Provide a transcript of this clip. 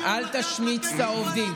גם השר וגם חבר הכנסת טופורובסקי,